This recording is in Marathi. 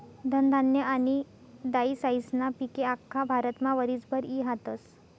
धनधान्य आनी दायीसायीस्ना पिके आख्खा भारतमा वरीसभर ई हातस